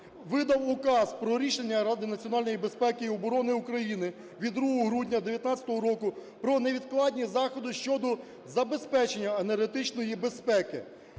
видав Указ про рішення Ради національної безпеки і оборони від 2 грудня 2019 року: про невідкладні заходи щодо забезпечення енергетичної безпеки.